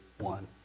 one